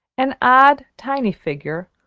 an odd, tiny figure,